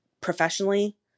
Professionally